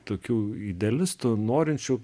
tokių idealistų norinčių